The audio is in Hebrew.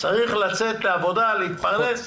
צריך לצאת לעבודה, להתפרנס.